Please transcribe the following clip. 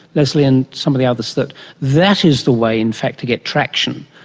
lesley and some of the others, that that is the way in fact to get traction,